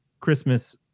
Christmas